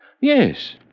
Yes